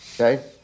Okay